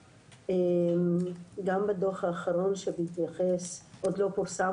משרד הבריאות באופן שוטף מפרסם